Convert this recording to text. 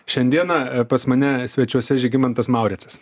šiandieną pas mane svečiuose žygimantas mauricas